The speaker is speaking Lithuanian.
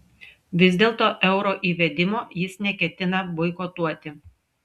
vis dėlto euro įvedimo jis neketina boikotuoti